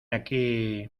aquí